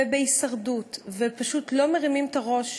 בהישרדות, ופשוט לא מרימים את הראש,